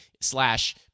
slash